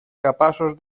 capaços